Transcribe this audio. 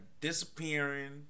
disappearing